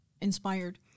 inspired